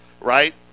right